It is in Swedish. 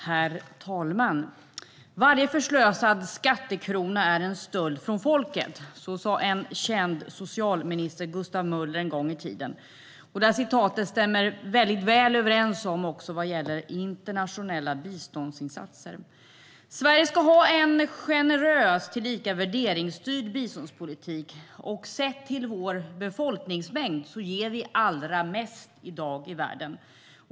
Herr talman! Varje förslösad skattekrona är en stöld från folket. Så sa en känd socialminister, Gustav Möller, en gång i tiden. Det citatet stämmer väldigt väl också när det gäller internationella biståndsinsatser. Sverige ska ha en generös tillika värderingsstyrd biståndspolitik. Sett till vår befolkningsmängd ger vi i dag allra mest i världen.